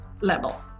level